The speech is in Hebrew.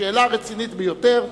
שאלה רצינית ביותר.